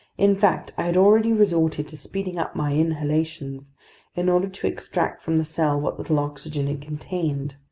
in fact, i had already resorted to speeding up my inhalations in order to extract from the cell what little oxygen it contained,